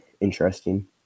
interesting